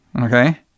okay